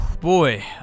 boy